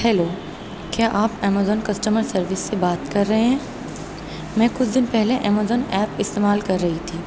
hello کیا آپ Amazon customer service سے بات کر رہے ہیں میں کچھ دن پہلے ایمیزون ایپ استعمال کر رہی تھی